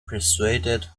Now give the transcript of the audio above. persuaded